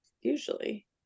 Usually